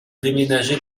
déménager